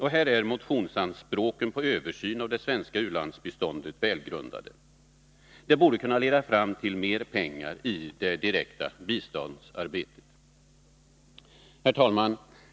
Här är motionsanspråken på översyn av det svenska u-landsbiståndet välgrundade. Detta borde kunna leda fram till mer pengar i det direkta biståndsarbetet. Herr talman!